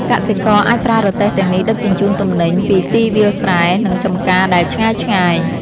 កសិករអាចប្រើរទេះទាំងនេះដឹកជញ្ជូនទំនិញពីទីវាលស្រែ និងចំការដែលឆ្ងាយៗ។